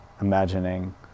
imagining